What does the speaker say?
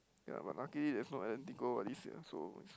ya but luckily there's no Atletico all this ya so is